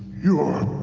you are